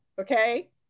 okay